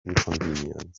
inconvenience